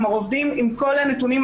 כלומר עובדים עם כל הנתונים,